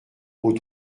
aux